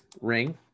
Ring